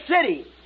city